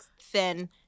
thin